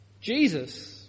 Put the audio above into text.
Jesus